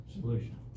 solution